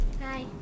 Hi